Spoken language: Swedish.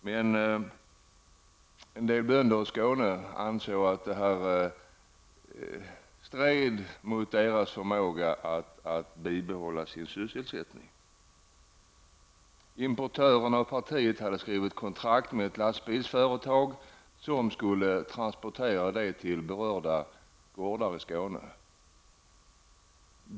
Men en del bönder i Skåne ansåg att detta stred mot deras förmåga att bibehålla sin sysselsättning. Importören av partiet hade skrivit kontrakt med ett lastbilsföretag som skulle transportera det till berörda gårdar i Skåne.